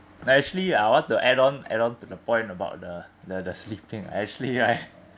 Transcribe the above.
actually I want to add on add on to the point about the the the sleeping right actually right